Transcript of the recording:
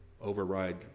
override